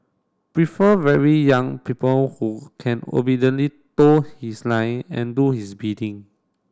prefer very young people who can obediently toe his line and do his bidding